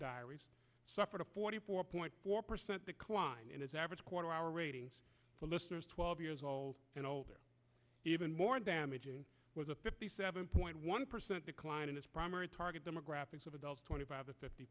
diaries suffered a forty four point four percent decline in its average quarter hour ratings for listeners twelve years old and older even more damaging was a fifty seven point one percent decline in its primary target demographics of adults twenty five to fifty